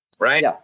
Right